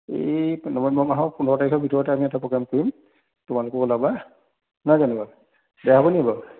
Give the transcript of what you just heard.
এই নৱেম্বৰ মাহৰ পোন্ধৰ তাৰিখৰ ভিতৰতে আমি এটা প্ৰগ্ৰেম কৰিম তোমলোকো ওলাবা নহয় জানো বাৰু বেয়া হ'ব নেকি বাৰু